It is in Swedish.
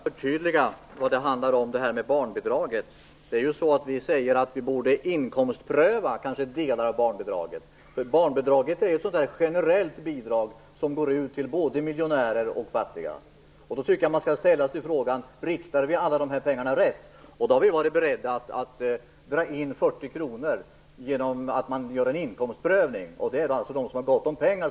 Fru talman! Jag vill bara förtydliga vad detta med barnbidraget handlar om. Vi säger att delar av barnbidraget kanske borde inkomstprövas, för barnbidraget är ju ett generellt bidrag till både miljonärer och fattiga. Då tycker jag att man skall ställa sig frågan om alla dessa pengar riktas rätt. Vi har varit beredda att genom inkomstprövning minska bidraget med 40 kronor för dem som har gott om pengar.